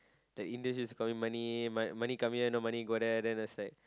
the Indians just call me money money come here no money go there then just like